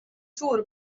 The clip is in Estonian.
suur